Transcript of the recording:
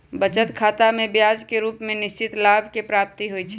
बचत खतामें ब्याज के रूप में निश्चित लाभ के प्राप्ति होइ छइ